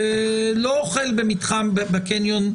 לא אוכל במתחם בקניון.